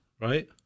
right